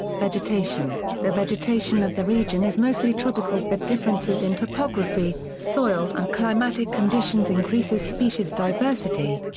vegetation the vegetation of the region is mostly tropical but differences in topography, soil and climatic conditions increases species diversity.